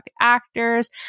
actors